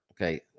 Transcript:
Okay